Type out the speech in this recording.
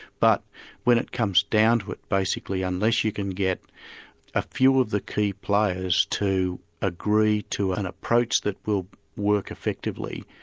but when it comes down to it, basically, unless you can get a few of the key players to agree to an approach that will work effectively,